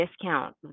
discount